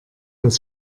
das